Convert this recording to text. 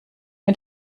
mit